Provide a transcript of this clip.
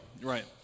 Right